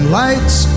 lights